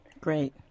Great